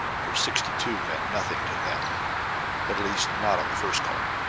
for sixty two meant nothing to them at least not on the first call.